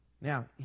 Now